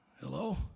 Hello